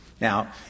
Now